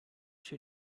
she